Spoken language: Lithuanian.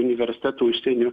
universitetų užsieny